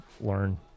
learn